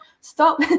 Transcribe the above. Stop